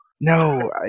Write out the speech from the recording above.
No